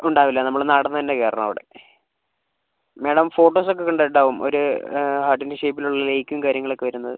ഉണ്ടാവില്ല നമ്മൾ നടന്നു തന്നെ കയറണം അവിടെ മാഡം ഫോട്ടോസ് ഒക്കെ കണ്ടിട്ടുണ്ടാവും ഒരു ഹാട്ടിൻ്റെ ഷേപ്പിൽ ഉള്ള ലേക്കും കാര്യങ്ങളോക്കെ വരുന്നത്